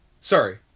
sorry